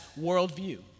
worldview